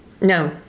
No